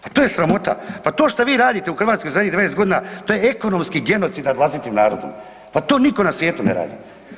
Pa to je sramota, pa to što vi radite u Hrvatskoj zadnjih 20 godina to je ekonomski genocid nad vlastitim narodom, pa to niko na svijetu ne radi.